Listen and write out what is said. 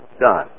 done